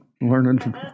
Learning